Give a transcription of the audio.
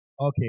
Okay